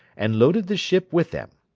and loaded the ship with them.